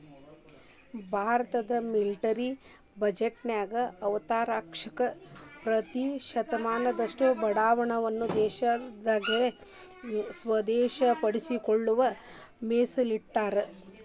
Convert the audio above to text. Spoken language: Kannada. ಭಾರತದ ಮಿಲಿಟರಿ ಬಜೆಟ್ನ್ಯಾಗ ಅರವತ್ತ್ನಾಕ ಪ್ರತಿಶತದಷ್ಟ ಬಂಡವಾಳವನ್ನ ದೇಶೇಯವಾಗಿ ಸ್ವಾಧೇನಪಡಿಸಿಕೊಳ್ಳಕ ಮೇಸಲಿಟ್ಟರ